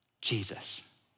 Jesus